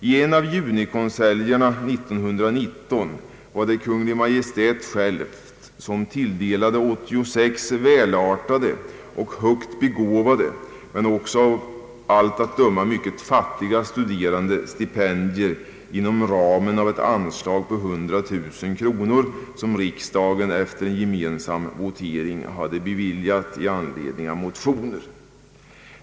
I en av junikonseljerra år 1919 var det Kungl. Maj:t själv som tilldelade 86 välartade och högt begåvade, men också av allt att döma mycket fattiga, studerande stipendier inom ramen av ett anslag på 100000 kronor som riksdagen efter gemensam votering hade beviljat i anledning av motioner.